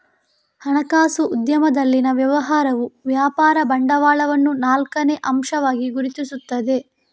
ಹಣಕಾಸು ಉದ್ಯಮದಲ್ಲಿನ ವ್ಯವಹಾರವು ವ್ಯಾಪಾರ ಬಂಡವಾಳವನ್ನು ನಾಲ್ಕನೇ ಅಂಶವಾಗಿ ಗುರುತಿಸುತ್ತದೆ